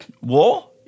war